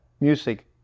music